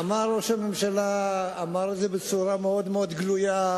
אמר ראש הממשלה, אמר את זה בצורה מאוד מאוד גלויה,